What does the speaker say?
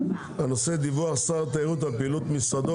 הנושא: דיווח שר התיירות על פעילות משרדו.